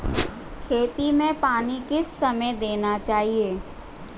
खेतों में पानी किस समय देना चाहिए?